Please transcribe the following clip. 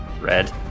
red